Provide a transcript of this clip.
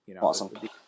Awesome